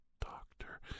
doctor